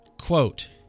Quote